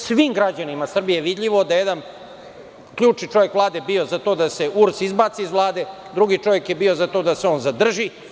Svim građanima Srbije je vidljivo da je jedan ključni čovek Vlade bio za to da se URS izbaci iz Vlade, drugi čovek je bio za to da se on zadrži.